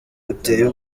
buteye